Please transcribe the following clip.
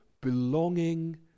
belonging